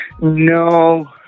No